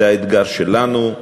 זה האתגר שלנו,